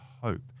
hope